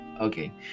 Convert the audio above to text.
okay